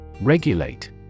Regulate